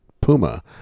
puma